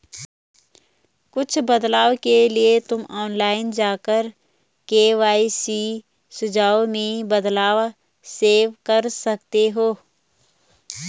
कुछ बदलाव के लिए तुम ऑनलाइन जाकर के.वाई.सी सुझाव में बदलाव सेव कर सकते हो